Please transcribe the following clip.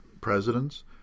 presidents